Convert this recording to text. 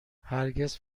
هرگز